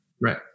Right